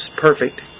perfect